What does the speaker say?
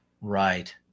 Right